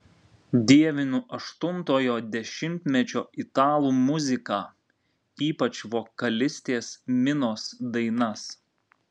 dievinu aštuntojo dešimtmečio italų muziką ypač vokalistės minos dainas